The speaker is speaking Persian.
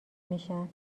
میشن